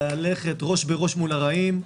ללכת ראש בראש מול הרעים,